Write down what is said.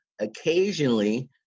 occasionally